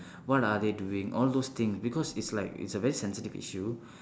what are they doing all those thing because it's like it's a very sensitive issue